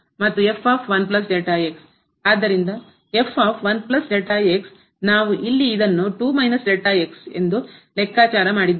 ಆದ್ದರಿಂದ ನಾವು ಇಲ್ಲಿ ಇದನ್ನು ಎಂದು ಲೆಕ್ಕಾಚಾರ ಮಾಡಿದ್ದೇವೆ